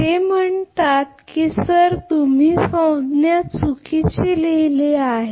ते म्हणतात की सर तुम्ही संज्ञा चुकीची लिहिली आहे